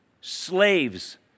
Slaves